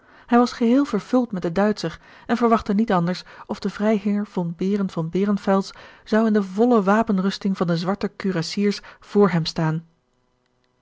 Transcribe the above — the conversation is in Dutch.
hij was geheel vervuld met den duitscher en verwachtte niet anders of de vrijheer von behren von behrenfels zou in de volle wapenrusting van de zwarte kurassiers voor hem staan